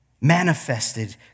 Manifested